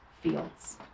fields